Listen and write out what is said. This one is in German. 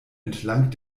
entlang